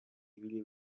ibili